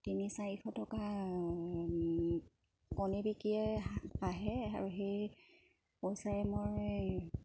তিনি চাৰিশ টকা কণী বিকীয়ে আহে আৰু সেই পইচাৰে মই